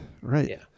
right